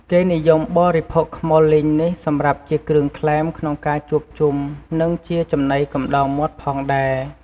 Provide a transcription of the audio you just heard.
គេនិយមបរិភោគខ្មុលលីងនេះសម្រាប់ជាគ្រឿងក្លែមក្នុងការជួបជុំ និងជាចំណីកំដរមាត់ផងដែរ។